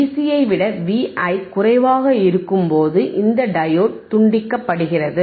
Vc ஐ விட Vi குறைவாக இருக்கும்போது இந்த டையோடு துண்டிக்கப்படுகிறது